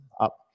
Up